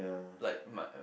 like my uh